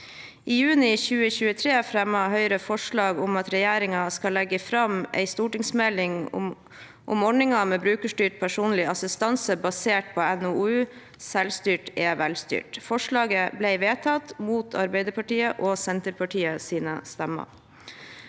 I juni 2023 fremmet Høyre forslag om at regjeringen skal legge fram en stortingsmelding om ordningen med brukerstyrt personlig assistanse, basert på NOU 2021: 11 Selvstyrt er velstyrt. Forslaget ble vedtatt mot Arbeiderpartiets og Senterpartiets stemmer.